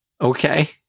Okay